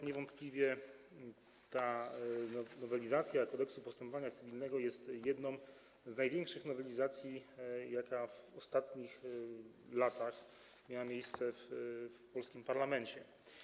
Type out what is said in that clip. Niewątpliwie ta nowelizacja Kodeksu postępowania cywilnego jest jedną z największych nowelizacji, jakie w ostatnich latach miały miejsce w polskim parlamencie.